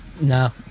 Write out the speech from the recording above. No